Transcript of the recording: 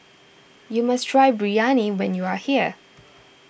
you must try Biryani when you are here